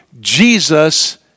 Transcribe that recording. Jesus